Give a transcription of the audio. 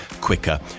quicker